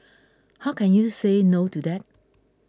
how can you say no to that